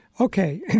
okay